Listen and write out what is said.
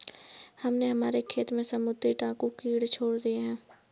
हमने हमारे खेत में समुद्री डाकू कीड़े छोड़ दिए हैं